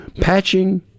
Patching